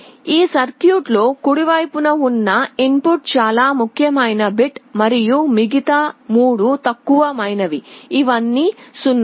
ఈ సర్క్యూట్లో కుడివైపున ఉన్న ఇన్ పుట్ చాల ముఖ్యమైన బిట్ మరియు మిగతా 3 తక్కువ ముఖ్యమైనవి ఇవన్నీ 0 లు